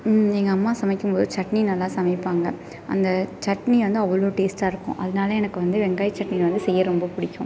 எங்கள் அம்மா சமைக்கும்போது சட்னி நல்லா சமைப்பாங்க அந்த சட்னி வந்து அவ்வளோ டேஸ்ட்டாக இருக்கும் அதனால எனக்கு வந்து வெங்காய சட்னி வந்து செய்ய ரொம்ப பிடிக்கும்